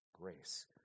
grace